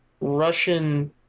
Russian